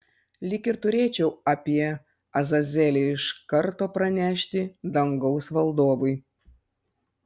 lyg ir turėčiau apie azazelį iš karto pranešti dangaus valdovui